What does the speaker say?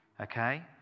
Okay